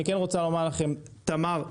אני כן רוצה לומר לכם, תמר,